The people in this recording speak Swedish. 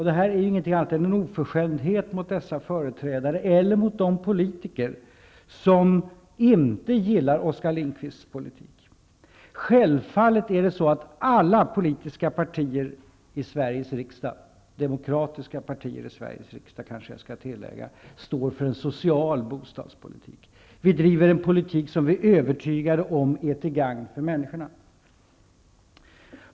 Detta är ingenting annat än en oförskämdhet mot dessa företrädare eller mot de politiker som inte gillar Oskar Lindkvists politik. Självfallet är det så att alla demokratiska partier i Sveriges riksdag står för en social bostadspolitik. Vi driver en politik som vi är övertygade om är till gagn för människorna.